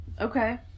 Okay